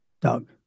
Doug